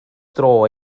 dro